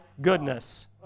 goodness